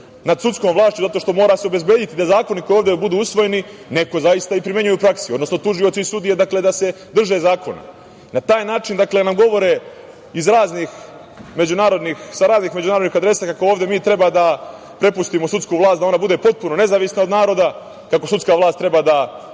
nad sudskom vlašću, zato što mora se obezbediti da zakone koji ovde budu usvojeni neko zaista i primenjuje u praksi, odnosno tužioci i sudije, dakle, da se drže zakona. Na taj način nam govore sa raznih međunarodnih adresa kako ovde mi treba da prepustimo sudsku vlast da ona bude potpuno nezavisna od naroda, kako sudska vlast treba da